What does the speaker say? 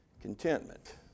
Contentment